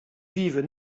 vivent